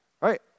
right